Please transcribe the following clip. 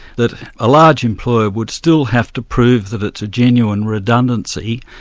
that a large employer would still have to prove that it's a genuine redundancy.